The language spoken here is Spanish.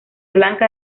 blanca